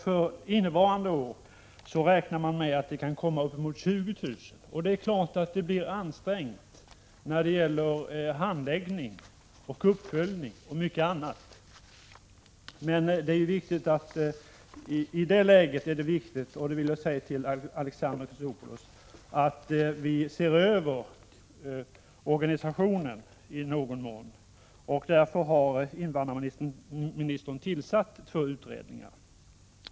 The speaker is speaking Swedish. För innevarande år räknar man med att det kan 21 Prot. 1986/87:119 komma uppemot 20 000 asylsökande, och resurserna när det gäller handlägg ning, uppföljning och mycket annat blir då självfallet ansträngda. I det läget är det viktigt — det vill jag säga till Alexander Chrisopoulos — att man i någon mån ser över organisationen. Invandrarministern har därför också tillsatt två utredningar.